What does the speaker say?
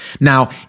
Now